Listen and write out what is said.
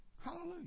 Hallelujah